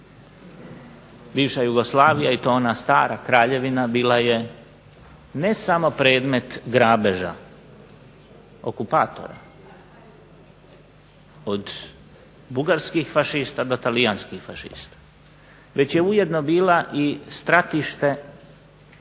Bivša Jugoslavija i to ona stara Kraljevina bila je ne samo predmet grabeža okupatora od bugarskih fašista do talijanskih fašista, već je ujedno bila i stratište na